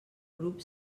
grup